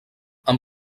amb